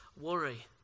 worry